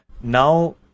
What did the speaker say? Now